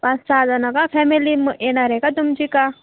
पाच सहाजणं का फॅमिली मग येणार आहे का तुमची का